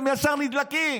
הם ישר נדלקים.